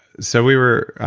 so we were,